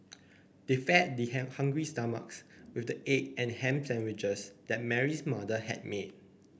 they fed their hungry stomachs with the egg and ham sandwiches that Mary's mother had made